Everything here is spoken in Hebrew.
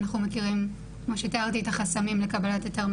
אנחנו מכירים כמו שתיארתי את החסמים לקבלת היתר,